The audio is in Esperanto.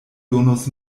donos